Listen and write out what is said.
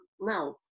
Now